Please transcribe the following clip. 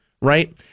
right